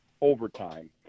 overtime